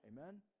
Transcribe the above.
Amen